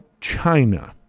China